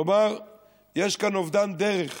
כלומר יש כאן אובדן דרך